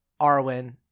arwen